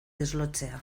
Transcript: deslotzea